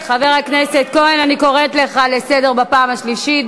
חבר הכנסת כהן, אני קוראת לך לסדר בפעם השלישית.